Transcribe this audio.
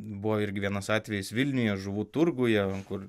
buvo irgi vienas atvejis vilniuje žuvų turguje kur